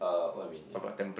uh what you mean yeah